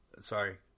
Sorry